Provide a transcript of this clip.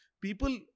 people